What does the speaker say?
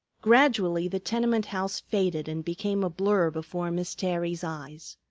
gradually the tenement house faded and became a blur before miss terry's eyes.